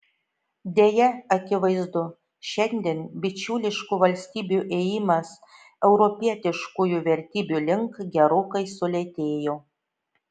deja akivaizdu šiandien bičiuliškų valstybių ėjimas europietiškųjų vertybių link gerokai sulėtėjo